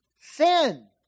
sin